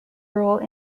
role